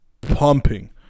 pumping